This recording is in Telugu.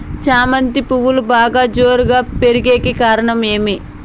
చామంతి పువ్వులు బాగా జోరుగా పెరిగేకి కారణం ఏమి?